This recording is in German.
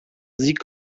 sie